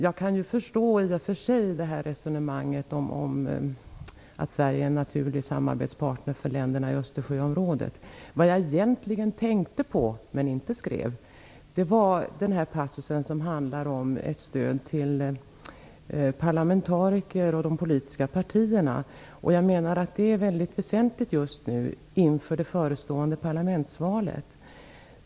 Jag kan i och för sig förstå resonemanget om att Sverige är en naturlig samarbetspartner för länderna i Östersjöområdet. Vad jag egentligen tänkte på, men inte skrev, var passusen som handlar om ett stöd till parlamentariker och de politiska partierna. Jag menar att detta är mycket väsentligt just nu inför det förestående parlamentsvalet.